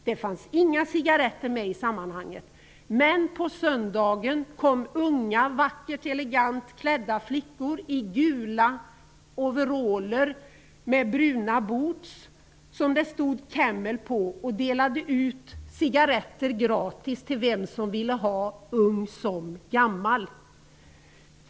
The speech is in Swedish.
Det fanns inga cigaretter med i sammanhanget, men på söndagen kom unga vackert och elegant klädda flickor i gula overaller med bruna boots som det stod ''Camel'' på och delade ut cigaretter gratis till den som ville ha -- ung som gammal.